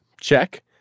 check